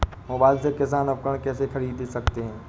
Mobile से किसान उपकरण कैसे ख़रीद सकते है?